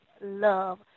love